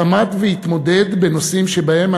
עמד והתמודד בנושאים שבהם,